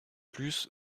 plus